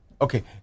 Okay